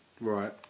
right